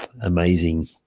amazing